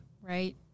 right